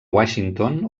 washington